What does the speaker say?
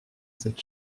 cette